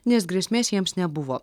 nes grėsmės jiems nebuvo